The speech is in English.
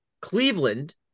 Cleveland